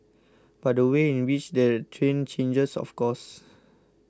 but the way in which they're trained changes of course